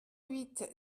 huit